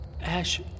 Ash